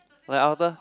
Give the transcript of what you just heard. like after